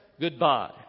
goodbye